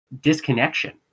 disconnection